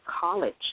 college